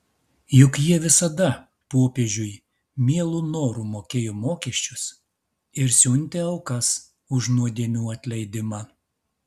juk jie visada popiežiui mielu noru mokėjo mokesčius ir siuntė aukas už nuodėmių atleidimą